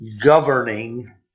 governing